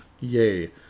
Yay